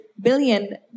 billion